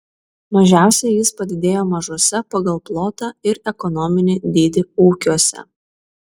mažiausiai jis padidėjo mažuose pagal plotą ir ekonominį dydį ūkiuose